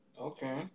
okay